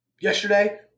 Yesterday